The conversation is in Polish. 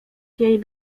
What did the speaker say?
jej